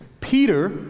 Peter